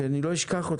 שאני לא אשכח אותך.